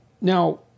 now